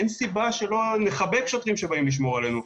אין סיבה שלא לכבד שוטרים שבאים לשמור עלינו,